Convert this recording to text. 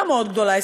לא מאוד גדולה,